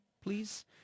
please